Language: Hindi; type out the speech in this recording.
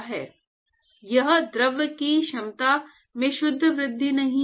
यह द्रव की क्षमता में शुद्ध वृद्धि नहीं है